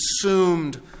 consumed